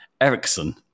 Erickson